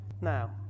Now